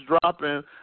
dropping